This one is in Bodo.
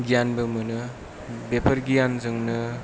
गियानबो मोनो बेफोर गियानजोंनो